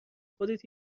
خودت